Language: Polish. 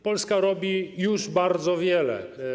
Polska robi już bardzo wiele.